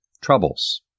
Troubles